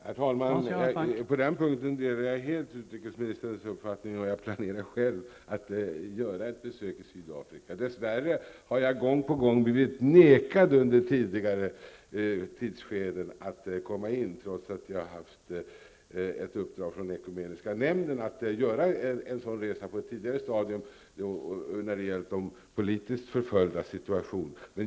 Herr talman! På den punkten delar jag helt utrikesministerns uppfattning. Jag har själv planerat att besöka Sydafrika. Dess värre har jag gång på gång under tidigare tidsskeden blivit vägrad att komma till Sydafrika, trots att jag har haft ett uppdrag från ekumeniska nämnden att göra en resa med anledning av de politiskt förföljdas situation.